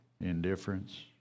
indifference